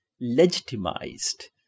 legitimized